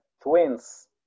twins